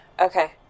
okay